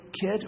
kid